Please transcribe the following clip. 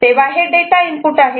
तेव्हा हे data input आहे